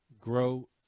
Grow